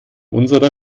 unserer